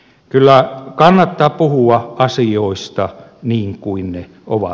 kyllä kannattaa puhua asioista niin kuin ne ovat